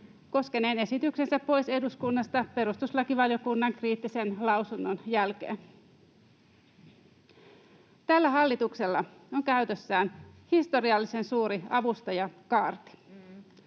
koskeneen esityksensä pois eduskunnasta perustuslakivaliokunnan kriittisen lausunnon jälkeen. Tällä hallituksella on käytössään historiallisen suuri avustajakaarti.